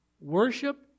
worship